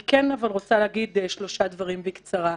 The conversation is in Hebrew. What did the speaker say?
אני כן רוצה להגיד שלושה דברים בקצרה.